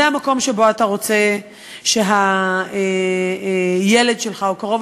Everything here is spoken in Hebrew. זה המקום שאתה רוצה שהילד שלך או קרוב